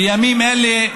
בימים אלה,